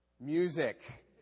Music